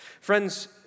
Friends